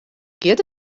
giet